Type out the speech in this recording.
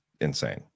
insane